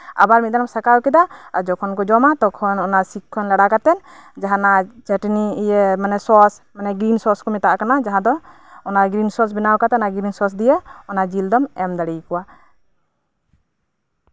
ᱟᱵᱟᱨ ᱢᱤᱫ ᱫᱷᱟᱣᱮᱢ ᱥᱮᱠᱟᱣ ᱠᱮᱫᱟ ᱟᱨ ᱡᱚᱠᱷᱚᱱ ᱚᱱᱟᱢ ᱡᱚᱢᱟ ᱛᱚᱠᱷᱚᱱ ᱚᱱᱟ ᱥᱤᱠ ᱠᱷᱚᱱ ᱞᱟᱲᱟ ᱠᱟᱛᱮ ᱟᱨ ᱪᱟ ᱴᱱᱤ ᱤᱭᱟᱹ ᱥᱚᱸᱥ ᱢᱚᱱᱮ ᱜᱨᱤᱱ ᱥᱚᱸᱥ ᱠᱟᱱᱟ ᱡᱟᱦᱟᱸ ᱫᱚ ᱚᱱᱟ ᱜᱨᱤᱱ ᱥᱚᱸᱥ ᱵᱮᱱᱟᱣ ᱠᱟᱛᱮ ᱚᱱᱟᱜᱨᱤᱱ ᱥᱚᱸᱥ ᱫᱤᱭᱮ ᱚᱱᱟ ᱡᱤᱞ ᱫᱚᱢ ᱮᱢ ᱫᱟᱲᱮᱣᱟᱠᱚᱣᱟ